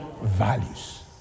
values